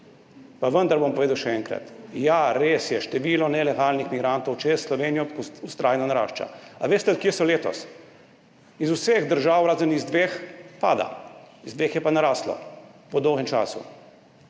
Pa vendar bom povedal še enkrat: ja, res je, število nelegalnih migrantov čez Slovenijo vztrajno narašča. A veste, od kje so letos? Iz vseh držav razen iz dveh pada, iz dveh je pa naraslo po dolgem času.